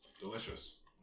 Delicious